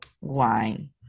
wine